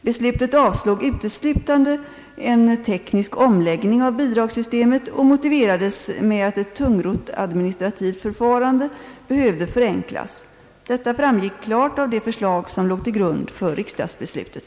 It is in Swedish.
Beslutet avsåg uteslutande en teknisk omläggning av bidragssystemet och motiverades med att ett tungrott administrativt förfarande behövde förenklas. Detta framgick klart av det förslag som låg till grund för riksdagsbeslutet.